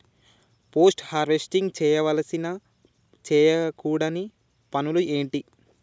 Post harvesting చేయవలసిన చేయకూడని పనులు ఏంటి?